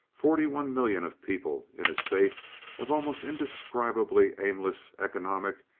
forty-one millions of people, in a state of almost indescribably aimless, economic,